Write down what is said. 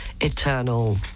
eternal